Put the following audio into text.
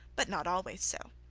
but not always so.